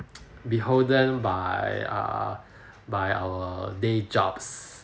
beholden by err by our day jobs